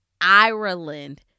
Ireland